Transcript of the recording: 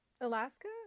Alaska